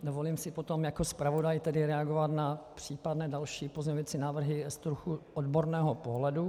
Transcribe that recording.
Dovolím si potom jako zpravodaj reagovat na případné další pozměňovací návrhy z trochu odborného pohledu.